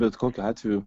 bet kokiu atveju